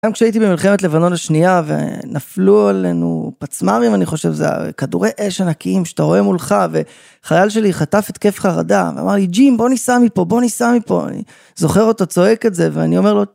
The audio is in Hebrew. גם כשהייתי במלחמת לבנון השנייה ונפלו עלינו פצמ"רים, אני חושב, זה היה כדורי אש ענקיים שאתה רואה מולך וחייל שלי חטף התקף חרדה ואמר לי, ג'ים, בוא ניסע מפה, בוא ניסע מפה, אני זוכר אותו צועק את זה ואני אומר לו,